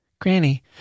Granny